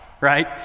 right